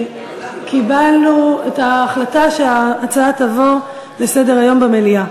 קיבלנו את ההחלטה שההצעה תעבור לסדר-היום במליאה.